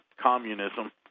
communism